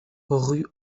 rue